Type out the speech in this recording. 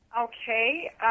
Okay